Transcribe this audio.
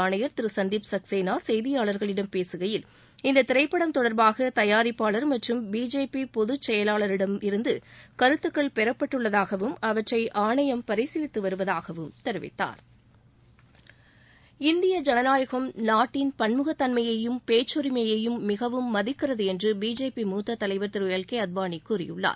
ஆணையர் திரு சந்தீப் சக்சேனா செய்தியாளர்களிடம் பேசுகையில் இந்த திரைப்படம் தொடர்பாக தயாரிப்பாளர் மற்றும் பிஜேபி பொதுச்செயலாளரிடமிருந்து கருத்துக்கள் பெறப்பட்டுள்ளதாகவும் அவற்றை ஆணையம் பரிசீலித்து வருவதாகவும் தெரிவித்தார் இந்திய ஜனநாயகம் நாட்டின் பன்முகத்தன்மையையும் பேச்சரிமையையும் மிகவும் மதிக்கிறது என்று பிஜேபி மூத்த தலைவர் திரு எல் கே அத்வானி கூறியுள்ளார்